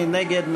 סעיף 1 נתקבל.